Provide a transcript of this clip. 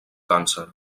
càncer